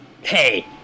Hey